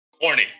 Corny